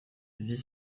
vit